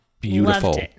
beautiful